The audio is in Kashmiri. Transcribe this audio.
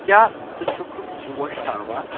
کیٛاہ ژٕ چھُکھٕ پوش تھاوان